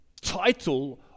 title